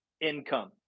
income